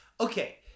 Okay